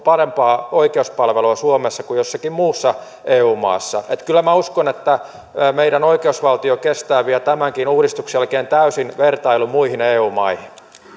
parempaa oikeuspalvelua kuin jossakin muussa eu maassa kyllä minä uskon että meidän oikeusvaltiomme kestää vielä tämänkin uudistuksen jälkeen täysin vertailun muihin eu maihin